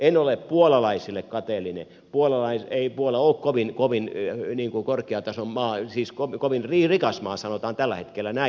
en ole puolalaisille kateellinen ei puola ole kovin korkean tason maa siis kovin rikas maa sanotaan tällä hetkellä näin